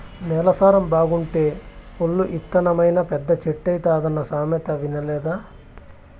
నేల సారం బాగుంటే పొల్లు ఇత్తనమైనా పెద్ద చెట్టైతాదన్న సామెత ఇనలేదా